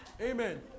Amen